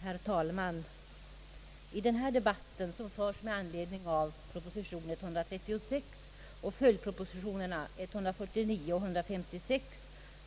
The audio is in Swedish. Herr talman! I denna debatt, som förs med anledning av proposition 136 samt följdpropositionerna 149 och 156,